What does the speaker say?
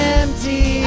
empty